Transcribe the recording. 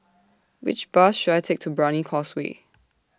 Which Bus should I Take to Brani Causeway